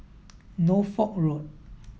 Norfolk Road